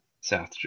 south